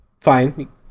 fine